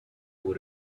able